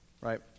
right